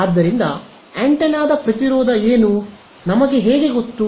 ಆದ್ದರಿಂದ ಆಂಟೆನಾದ ಪ್ರತಿರೋಧ ಏನು ನಮಗೆ ಹೇಗೆ ಗೊತ್ತು